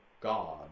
God